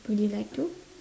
you like to